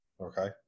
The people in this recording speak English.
Okay